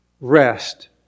rest